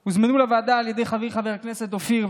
הם הוזמנו לוועדה על ידי חברי חבר הכנסת אופיר,